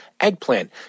eggplant